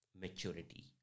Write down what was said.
maturity